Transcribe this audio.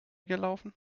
gelaufen